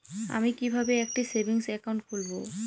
আমি কিভাবে একটি সেভিংস অ্যাকাউন্ট খুলব?